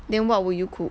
then what will you cook